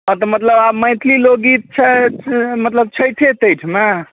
आओर तऽ मतलब आब मैथिली लोकगीत सब मतलब छठि तठिमे